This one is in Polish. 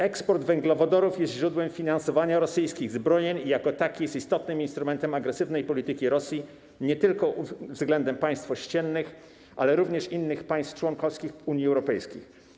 Eksport węglowodorów jest źródłem finansowania rosyjskich zbrojeń i jako taki jest istotnym instrumentem agresywnej polityki Rosji względem nie tylko państw ościennych, ale również innych państw członkowskich Unii Europejskiej.